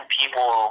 people